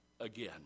again